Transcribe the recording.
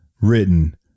written